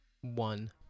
One